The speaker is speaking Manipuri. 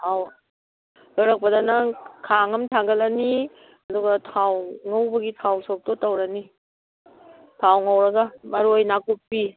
ꯑꯧ ꯂꯣꯏꯔꯛꯄꯗ ꯅꯪ ꯈꯥꯡ ꯑꯝ ꯊꯥꯡꯒꯠꯂꯅꯤ ꯑꯗꯨꯒ ꯊꯥꯎ ꯉꯧꯕꯒꯤ ꯊꯥꯎ ꯁꯣꯛꯇꯣ ꯇꯧꯔꯅꯤ ꯊꯥꯎ ꯉꯧꯔꯒ ꯃꯔꯣꯏ ꯅꯥꯀꯨꯞꯄꯤ